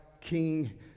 King